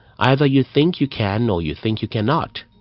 either you think you can or you think you cannot,